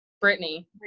Brittany